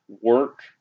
work